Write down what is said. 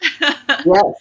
Yes